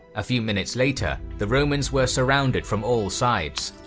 ah few minutes later the romans were surrounded from all sides.